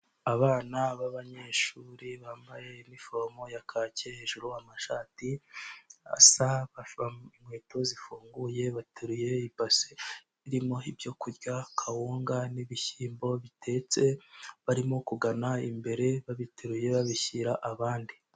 Abana b'abanyeshuri bambaye inifomo ya kake hejuru amashati asa, bambaye inkweto zifunguye bateruye ibase irimo ibyo kurya, kawunga n'ibishyimbo bitetse barimo kugana imbere babiteruye babishyira abandi.